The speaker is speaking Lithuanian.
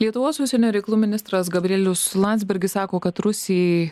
lietuvos užsienio reikalų ministras gabrielius landsbergis sako kad rusijai